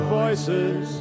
voices